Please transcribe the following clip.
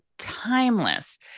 timeless